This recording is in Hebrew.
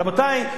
רבותי,